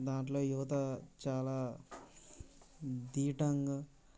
దాంట్లో యువత చాలా దీటంగా